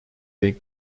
big